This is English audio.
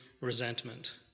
resentment